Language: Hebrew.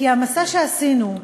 כי המסע שעשינו,